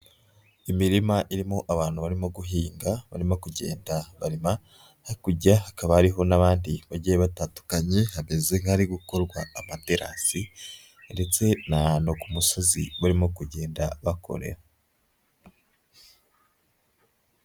Imirima irimo abantu barimo guhinga barimo kugenda barima, hakujya hakabariho n'abandi bagiye batandukanye hameze nk'ahari gukorwa amaterasi ndetse na ku musozi barimo kugenda bakorera.